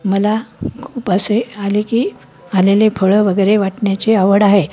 मला खूप असे आले की आलेले फळं वगैरे वाटण्याची आवड आहे